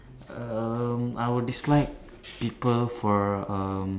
um I would dislike people for um